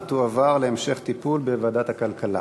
ותועבר להמשך טיפול לוועדה הכלכלה.